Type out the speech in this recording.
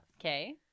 Okay